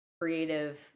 creative